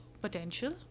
potential